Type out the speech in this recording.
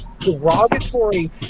derogatory